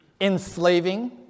enslaving